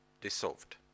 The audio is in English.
dissolved